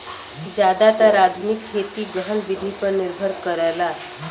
जादातर आधुनिक खेती गहन विधि पर निर्भर करला